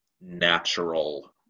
natural